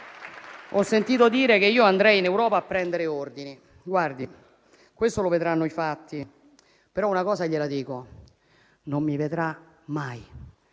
ho sentito dire che io andrei in Europa a prendere ordini. Guardi, questo lo vedranno i fatti, ma una cosa gliela dico: non mi vedrà mai